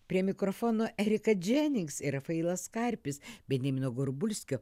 prie mikrofono erika dženings ir rafailas karpis benjamino gorbulskio